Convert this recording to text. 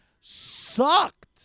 sucked